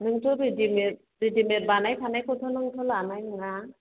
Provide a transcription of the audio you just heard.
नोंथ' readymade readymade बानायखानायखौथ' नोंथ' लानाय नङा